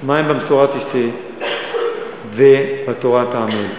מים במשורה תשתה ובתורה אתה עמל.